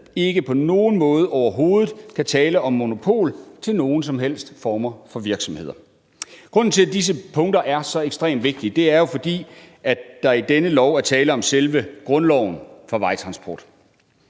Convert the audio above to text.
ikke på nogen måde overhovedet kan tale om monopol til nogen som helst former for virksomheder. Grunden til, at disse punkter er så ekstremt vigtige, er jo, at der i dette lovforslag er tale om selve grundloven for vejtransport.